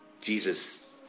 Jesus